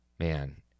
Man